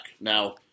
now